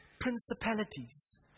Principalities